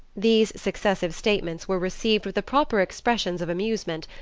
these successive statements were received with the proper expressions of amusement,